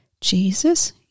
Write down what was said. Jesus